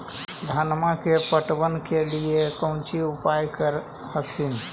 धनमा के पटबन के लिये कौची उपाय कर हखिन?